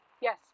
yes